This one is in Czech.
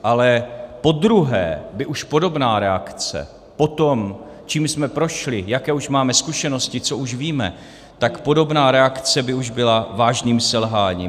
Ale podruhé by už podobná reakce po tom, čím jsme prošli, jaké už máme zkušenosti, co už víme, tak podobná reakce by už byla vážným selháním.